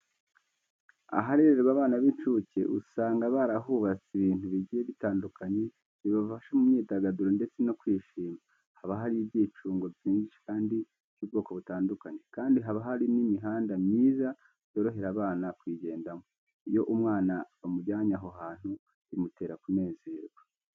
Aharererwa abana b'incuke, usanga barahubatse ibintu bigiye bitandukanye, bibafasha mu myidagaduro ndetse no kwishima. Haba hari ibyicungo byinshi kandi by'ubwoko butandukanye, kandi haba hari n'imihanda myiza yorohera abana mu kuyigendamo. Iyo umwana bamujyane aho hantu bimutera kunezerwa.